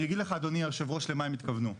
אני אגיד לך אדוני היו"ר למה הם התכוונו.